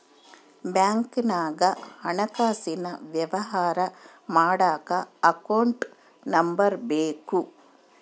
ಬ್ಯಾಂಕ್ನಾಗ ಹಣಕಾಸಿನ ವ್ಯವಹಾರ ಮಾಡಕ ಅಕೌಂಟ್ ನಂಬರ್ ಬೇಕು